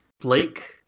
Blake